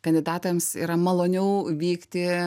kandidatams yra maloniau vykti